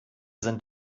sind